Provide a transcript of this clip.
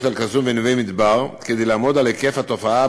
אל-קסום ונווה-מדבר כדי לעמוד על היקף התופעה,